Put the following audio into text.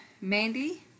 Mandy